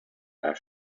are